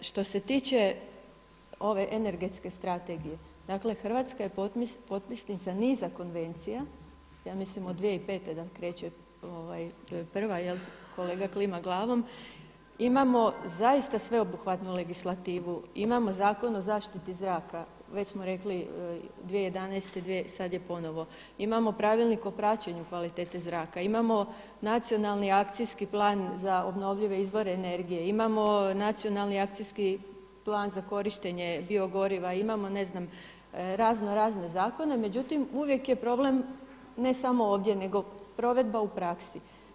Što se tiče ove energetske strategije, dakle Hrvatska je potpisnica niza konvencija, ja mislim od 2005. da kreće prva, kolega klima glavom, imamo zaista sveobuhvatnu legislativu, imamo Zakon o zaštiti zraka, već smo rekli 2011. sada je ponovo, imamo Pravilnik o praćenju kvalitete zraka, imamo Nacionalni akcijski plan za obnovljive izvore energije, imamo Nacionalni akcijski plan za korištenje biogoriva, imamo ne znam raznorazne zakone, međutim uvijek je problem ne samo ovdje nego provedba u praksi.